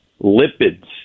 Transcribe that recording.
lipids